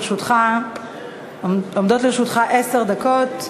לרשותך עשר דקות.